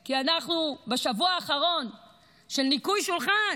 כי אנחנו בשבוע האחרון של ניקוי שולחן